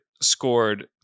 scored